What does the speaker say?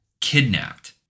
kidnapped